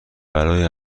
برای